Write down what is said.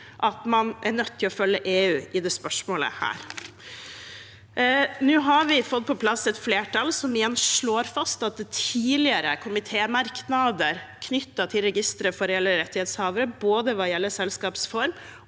at man er nødt til å følge EU i dette spørsmålet. Nå har vi fått på plass et flertall som igjen slår fast at tidligere komitémerknader knyttet til registeret for reelle rettighetshavere, både hva gjelder selskapsform